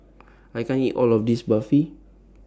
I can't eat All of This Barfi